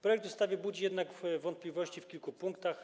Projekt ustawy budzi jednak wątpliwości w kilku punktach.